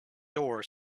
door